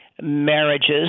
marriages